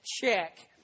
Check